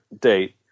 date